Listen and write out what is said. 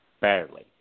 barely